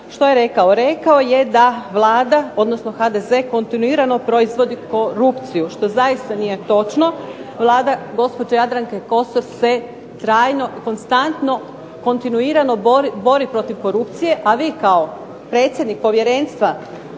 Što je rekao? Rekao je da Vlada, odnosno HDZ kontinuirano proizvodi korupciju, što zaista nije točno, Vlada gospođe Jadranke Kosor se trajno i konstantno, kontinuirano bori protiv korupcije, a vi kao predsjednik povjerenstva,